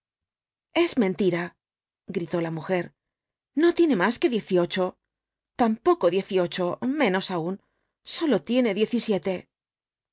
es mentira gritó la mujer no tiene más que diez y ocho tampoco diez y ocho menos aún sólo tiene